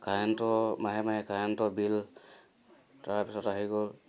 কাৰেণ্টৰ মাহে মাহে কাৰেণ্টৰ বিল তাৰপিছত আহি গ'ল